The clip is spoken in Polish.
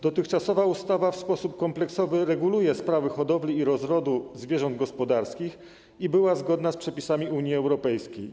Dotychczasowa ustawa w sposób kompleksowy reguluje sprawy hodowli i rozrodu zwierząt gospodarskich i była zgodna z przepisami Unii Europejskiej.